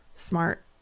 smart